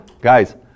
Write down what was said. guys